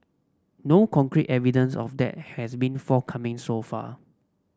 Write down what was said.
no concrete evidence of that has been forthcoming so far